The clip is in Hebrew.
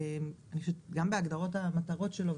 גם בהגדרת המטרות שלה,